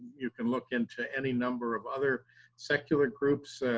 you can look into any number of other secular groups,